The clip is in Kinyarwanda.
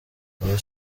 ubu